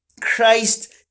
Christ